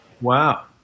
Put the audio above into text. Wow